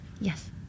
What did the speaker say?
Yes